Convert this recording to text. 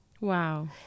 wow